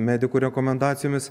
medikų rekomendacijomis